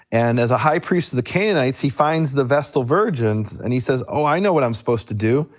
and as a high priest of the canaanites, he finds the vestal virgins, and he says oh, i know what i'm supposed to do.